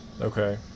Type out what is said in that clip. Okay